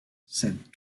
said